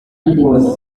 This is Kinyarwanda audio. ariko